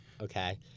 Okay